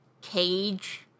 cage